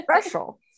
special